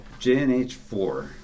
JNH4